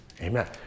amen